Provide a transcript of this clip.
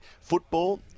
football